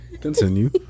Continue